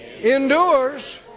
endures